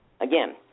Again